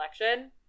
election